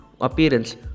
appearance